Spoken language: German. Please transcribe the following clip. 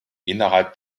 innerhalb